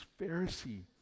Pharisee